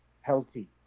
healthy